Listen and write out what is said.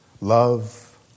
love